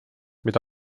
mida